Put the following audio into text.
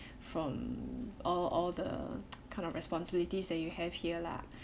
from all all the kind of responsibilities that you have here lah